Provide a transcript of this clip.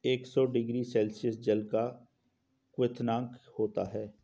एक सौ degree Celsius जल का क्वथनांक होता है